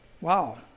wow